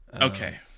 Okay